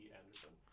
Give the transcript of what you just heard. anderson